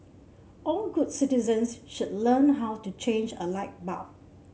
all good citizens should learn how to change a light bulb